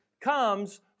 comes